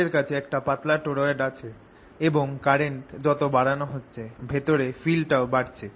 আমাদের কাছে একটা পাতলা টরয়েড আছে এবং কারেন্ট যত বাড়ানো হচ্ছে ভেতরে ফিল্ডটাও বাড়ছে